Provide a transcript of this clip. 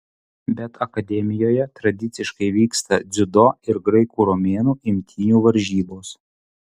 bet akademijoje tradiciškai vyksta dziudo ir graikų romėnų imtynių varžybos